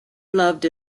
loved